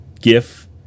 GIF